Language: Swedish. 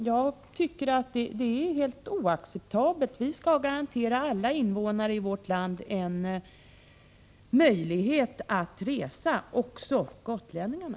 Jag tycker att det är helt oacceptabelt. Vi skall garantera alla invånare i vårt land en möjlighet att resa, också gotlänningarna.